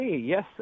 yes